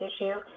issue